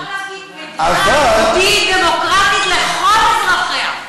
אפשר להגיד "מדינה יהודית דמוקרטית לכל אזרחיה".